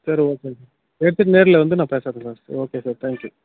சரி okay sir எடுத்துட்டு நேர்ல வந்து நான் பேசுகிறேன் சார் ஓகே சார் தேங்க்யூ